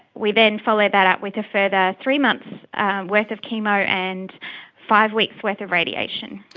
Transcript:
we then followed that up with a further three months' worth of chemo and five weeks' worth of radiation.